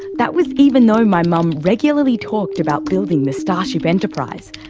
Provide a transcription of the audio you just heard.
that was even though my mum regularly talked about building the starship enterprise,